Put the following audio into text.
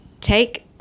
take